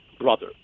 brother